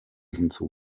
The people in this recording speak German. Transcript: hinzu